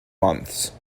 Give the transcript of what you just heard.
months